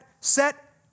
set